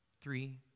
Three